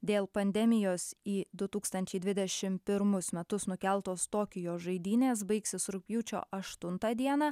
dėl pandemijos į du tūkstančiai dvidešimt pirmus metus nukeltos tokijo žaidynės baigsis rugpjūčio aštuntą dieną